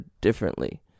differently